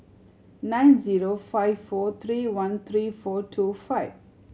nine zero five four three one three four two five